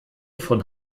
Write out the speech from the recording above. von